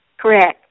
Correct